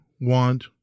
want